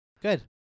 Good